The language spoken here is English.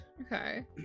Okay